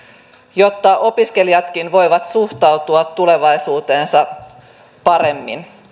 jotta opiskelijatkin voivat suhtautua tulevaisuuteensa paremmin